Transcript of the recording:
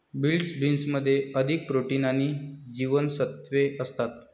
field बीन्समध्ये अधिक protein आणि जीवनसत्त्वे असतात